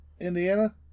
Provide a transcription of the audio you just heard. Indiana